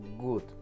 good